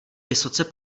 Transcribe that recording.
vysoce